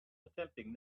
attempting